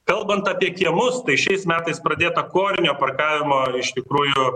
kalbant apie kiemus tai šiais metais pradėta kojinio parkavimo iš tikrųjų